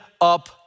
up